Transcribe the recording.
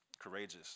courageous